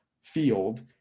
field